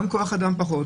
גם נדרש פחות